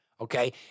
okay